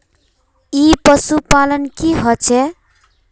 ई पशुपालन की होचे?